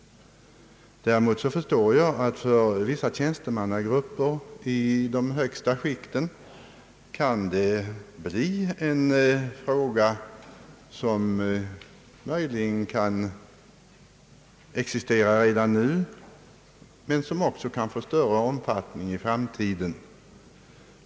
Däremot förstår jag att det för vissa tjänstemannagrupper i de högsta skikten kan bli en fråga — möjligen existerar den redan i dag — som kan få större omfattning i framtiden.